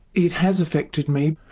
it has affected me.